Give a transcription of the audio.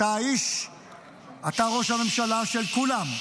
אתה ראש הממשלה של כולם,